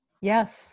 Yes